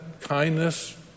kindness